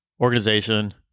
organization